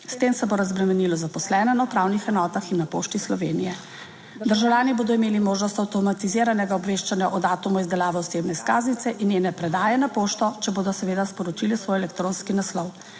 S tem se bo razbremenilo zaposlene na upravnih enotah in na Pošti Slovenije. Državljani bodo imeli možnost avtomatiziranega obveščanja o datumu izdelave osebne izkaznice in njene predaje na pošto, če bodo seveda sporočili svoj elektronski naslov.